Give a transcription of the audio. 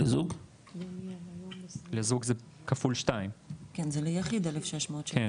לזוג זה כפול 2. כן זה ליחיד 1,600 ₪.